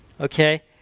Okay